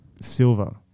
Silver